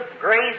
grace